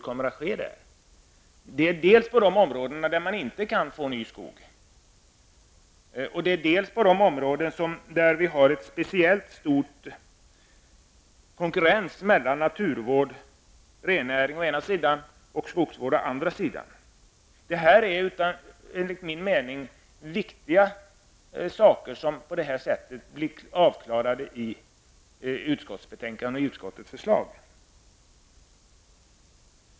Det gäller dels de områden där det inte går att få en ny skog, dels de områden där det råder speciellt stor konkurrens mellan naturvård och rennäring å ena sidan och naturvård och skogsvård å andra sidan. Enligt min mening är det viktiga punkter som nu har klarats ut i och med det förslag som utskottet lägger fram.